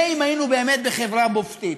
זה אם היינו באמת בחברה מופתית.